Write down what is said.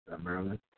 Maryland